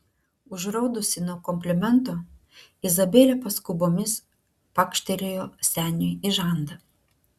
užraudusi nuo komplimento izabelė paskubomis pakštelėjo seniui į žandą